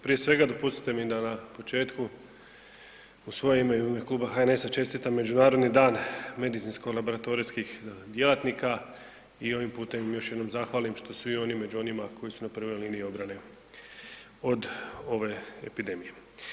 Prije svega dopustite mi da na početku u svoje ime i u ime kluba HNS-a čestitam Međunarodni dan medicinsko laboratorijskih djelatnika i ovim putem još jednom zahvalim što su i oni među onima koji su na prvoj liniji obrane od ove epidemije.